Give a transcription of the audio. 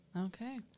Okay